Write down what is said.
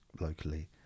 locally